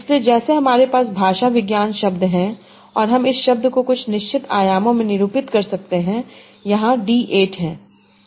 इसलिए जैसे हमारे पास भाषा विज्ञान शब्द है और हम इस शब्द को कुछ निश्चित आयामों में निरूपित कर सकते हैं यहाँ d 8 है